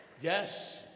Yes